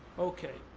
okay,